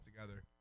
together